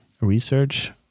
research